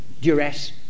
duress